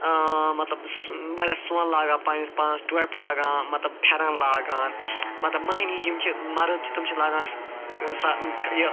إں مطلب سُہ واریاہ سۄن لاگان پننِس پانَس مطلب ٹۄپہِ لگان مطلب فیٚرن لاگان مطلب مٔہنی یِم چھِ مرٕد چھِ تِم چھِ لاگان سۄ یہِ